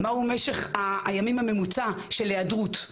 מה הוא משך הימים הממוצע של היעדרות?